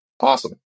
Awesome